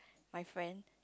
my friend